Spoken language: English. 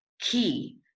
key